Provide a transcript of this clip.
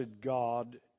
God